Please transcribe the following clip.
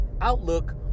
outlook